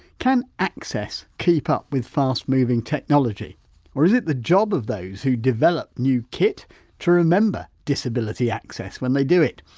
can access keep up with fast moving technology or is it the job of those who develop new kit to remember disability access when they do it?